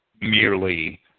merely